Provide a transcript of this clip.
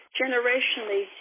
generationally